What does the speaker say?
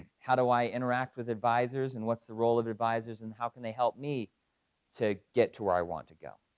how do i interact with advisors, and what's the role of advisors, and how can they help me to get to where i want to go?